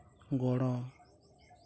ᱜᱚᱲᱚ